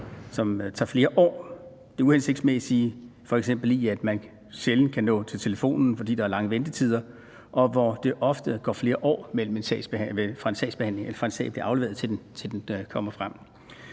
som tager flere år, f.eks. det uhensigtsmæssige i, at man sjældent kan nå til telefonen, fordi der er lange ventetider, og hvor der ofte går flere år, fra en sag bliver afleveret, til den kommer frem.